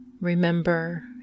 Remember